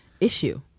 issue